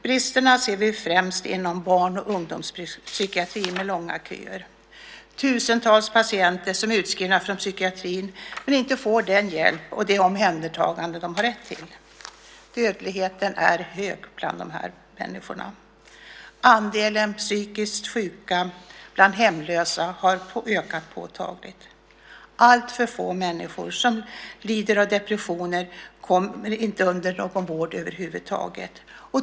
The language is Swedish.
Brister finns främst inom barn och ungdomspsykiatrin där köerna är långa. Tusentals patienter är utskrivna från psykiatrin och får inte den hjälp och det omhändertagande som de har rätt till. Dödligheten är hög bland dessa människor. Andelen psykiskt sjuka bland hemlösa har ökat påtagligt. Alltför många människor som lider av depressioner kommer inte under vård över huvud taget.